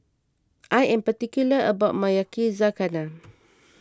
I am particular about my Yakizakana